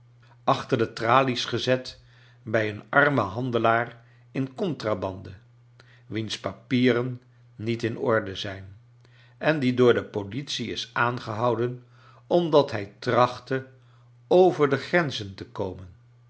achter de tralies gezet bij een armen handelaar in contrabande wiens pa pieren niet in orde zijn en die door de politie is aangehouden omdat hij trachtte over de grenzen te komen